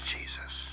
Jesus